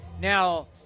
now